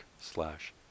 slash